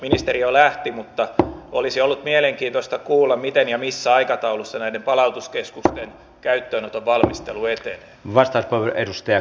ministeri jo lähti mutta olisi ollut mielenkiintoista kuulla miten ja missä aikataulussa näiden palautuskeskusten käyttöönoton valmistelu etenee